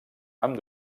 amb